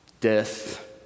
death